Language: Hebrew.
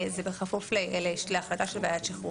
זה בכפוף להחלטה של ועדת שחרורים.